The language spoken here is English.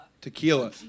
tequila